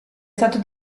stato